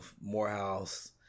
Morehouse